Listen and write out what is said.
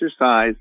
exercise